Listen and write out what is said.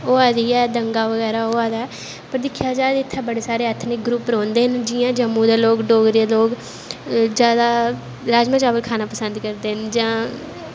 होआ दी ऐ दंगा बगैरा होआ दा ऐ पर दिक्खेआ जाए ते इत्थें बड़ा सेरे ऐथनिक ग्रुप रौंह्दे न जियां जम्मू दे लोग डोगरे लोग जादा राजमां चावल खानां पसंद करदे न जां